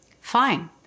fine